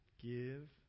Give